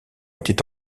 était